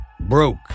broke